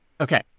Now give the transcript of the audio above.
Okay